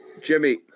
Jimmy